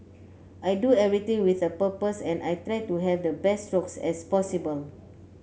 I do everything with a purpose and I try to have the best strokes as possible